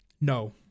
no